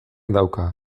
dauka